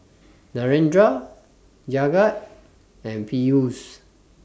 Narendra Jagat and Peyush